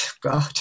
God